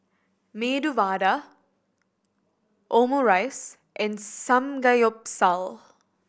Medu Vada Omurice and Samgeyopsal